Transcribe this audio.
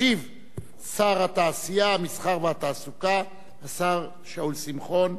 ישיב שר התעשייה, המסחר והתעסוקה השר שאול שמחון.